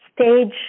stage